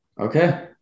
Okay